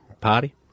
Party